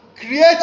Create